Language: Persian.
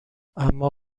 اما